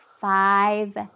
five